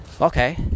Okay